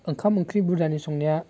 ओंखाम ओंख्रि बुरजानि संनाया